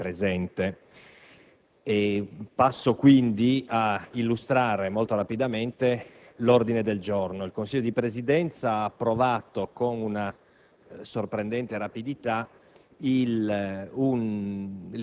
e, in particolare, dal senatore Questore Nieddu, qui presente. Passo, quindi, ad illustrare molto rapidamente l'ordine del giorno G5. Il Consiglio di Presidenza ha approvato, con una